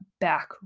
back